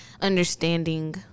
Understanding